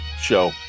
show